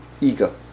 ego